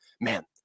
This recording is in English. man